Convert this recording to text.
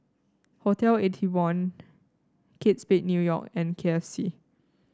Hotel Eighty One Kate Spade New York and K F C